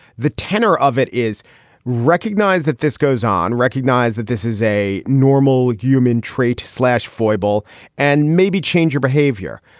the tenor of it is recognized that this goes on, recognize that this is a normal human trait, slash foible and maybe change your behavior.